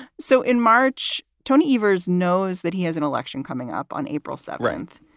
so in march, tony ivas knows that he has an election coming up on april seventh.